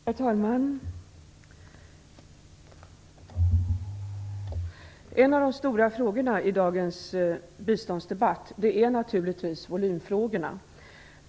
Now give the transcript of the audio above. Herr talman! En av de stora frågorna i dagens biståndsdebatt är naturligtvis volymfrågan.